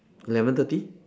eleven thirty